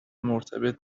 مرتبط